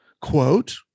Quote